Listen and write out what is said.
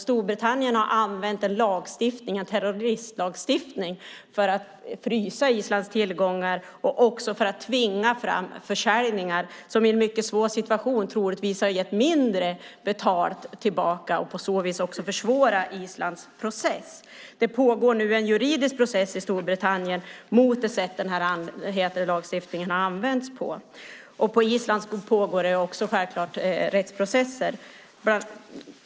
Storbritannien har använt en terroristlagstiftning för att frysa Islands tillgångar och tvinga fram försäljningar som i en mycket svår situation troligtvis har gett mindre betalt tillbaka och på så vis också försvårat Islands process. Det pågår nu en juridisk process i Storbritannien mot det sätt lagstiftningen har använts på. På Island pågår också självklart rättsprocesser.